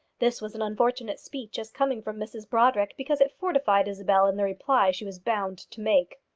this was an unfortunate speech as coming from mrs brodrick, because it fortified isabel in the reply she was bound to make.